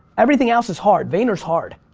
everything else is hard, vayner's hard.